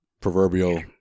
proverbial